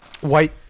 white